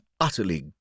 utterly